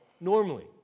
normally